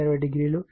ఇది 297